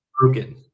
broken